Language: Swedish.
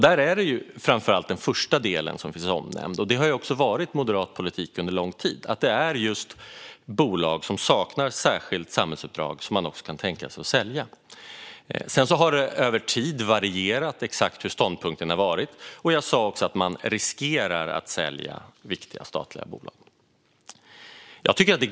Där är det framför allt den första delen som finns omnämnd, vilket också har varit moderat politik under lång tid, det vill säga att det är just bolag som saknar särskilt samhällsuppdrag som man kan tänka sig att sälja. Sedan har det över tid varierat exakt hur ståndpunkten har sett ut, och jag sa också att man riskerar att sälja viktiga statliga bolag.